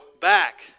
back